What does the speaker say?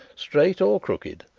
straight or crooked.